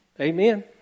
amen